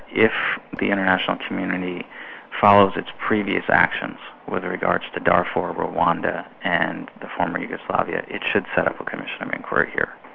if the international community follows its previous actions with regards to darfur, rwanda and the former yugoslavia, it should set up a commission of um inquiry here.